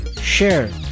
share